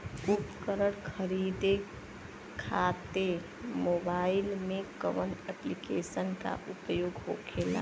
उपकरण खरीदे खाते मोबाइल में कौन ऐप्लिकेशन का उपयोग होखेला?